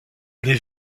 les